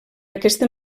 aquesta